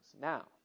Now